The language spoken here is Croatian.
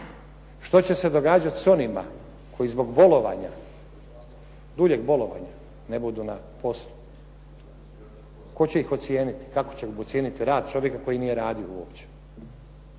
Što će se događati sa onima koji zbog bolovanja, duljeg bolovanja ne budu na poslu tko će ih ocijeniti, kako će ih ocijeniti rad čovjeka koji nije radio uopće,